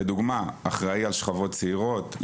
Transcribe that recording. לדוגמא אחראי על שכבות צעירות,